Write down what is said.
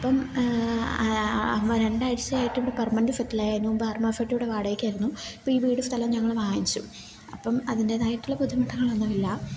അപ്പം രണ്ടാഴ്ച്ച ആയിട്ടിവിടെ പെർമനെന്റ് സെറ്റിൽ ആയിരുന്നു അതിനുമുമ്പ് ആറ് മാസമായിട്ട് ഇവിടെ വാടകയ്ക്ക് ആയിരുന്നു പിന്നെ വീടും സ്ഥലവും ഞങ്ങള് വാങ്ങിച്ചു അപ്പം അതിൻറ്റേതായിട്ടുള്ള ബുദ്ധിമുട്ടുകളൊന്നും ഇല്ല